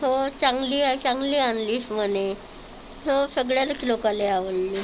हो चांगली आहे चांगली आणलीस म्हणे हो सगळ्याच लोकाला आवडली